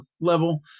level